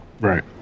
Right